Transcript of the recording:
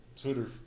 Twitter